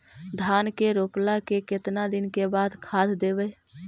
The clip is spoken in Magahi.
धान के रोपला के केतना दिन के बाद खाद देबै?